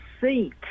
seat